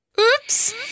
Oops